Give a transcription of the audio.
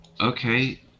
Okay